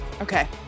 Okay